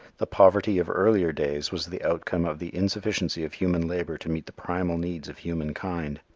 the poverty of earlier days was the outcome of the insufficiency of human labor to meet the primal needs of human kind.